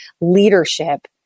leadership